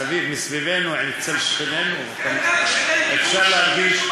מסביב, מסביבנו, אצל שכנינו, אפשר להרגיש,